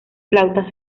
flautas